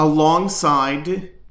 Alongside